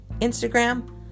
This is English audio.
Instagram